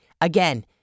Again